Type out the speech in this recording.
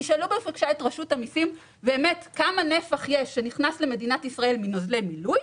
תשאלו בבקשה את רשות המסים כמה נפח נכנס למדינת ישראל מנוזלי מילוי,